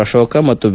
ಅಶೋಕ ಮತ್ತು ವಿ